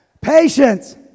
Patience